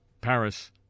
Paris